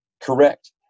Correct